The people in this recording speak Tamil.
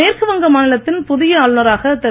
மேற்கு வங்க மாநிலத்தின் புதிய ஆளுநராக திரு